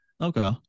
Okay